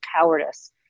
cowardice